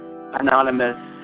Anonymous